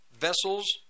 vessels